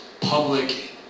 public